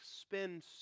spend